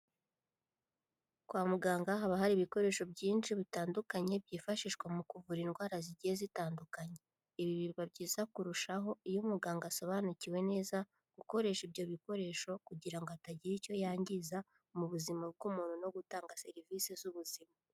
Kwa muganga haba hari ibikoresho byinshi bitandukanye, byifashishwa mu kuvura indwara zigiye zitandukanye. Ibi biba byiza kurushaho, iyo umuganga asobanukiwe neza, gukoresha ibyo bikoresho kugira ngo atagira icyo yangiza, mu buzima bw'umuntu no gutanga serivise z'ubuzima.